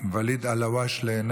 ואליד אלהואשלה,